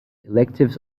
electives